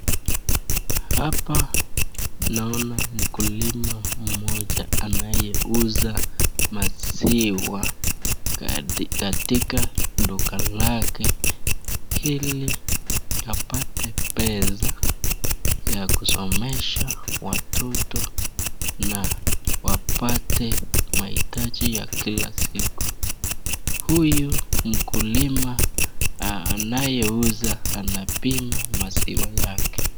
Hapa naona mkulima mmoja anayeuza maziwa katika duka lake ili apate pesa ya kusomesha watoto na wapate mahitaji ya kila siku. Huyu mkulima anayeuza anapima maziwa yake.